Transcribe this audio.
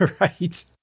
Right